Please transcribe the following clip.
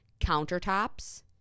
countertops